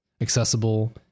accessible